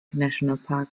nationalpark